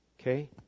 Okay